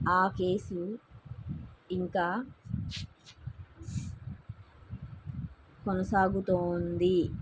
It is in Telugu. ఆ కేసు ఇంకా కొనసాగుతోంది